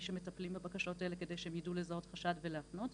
שמטפלים בבקשות האלה כדי שהם ידעו לזהות חשד ולהפנות,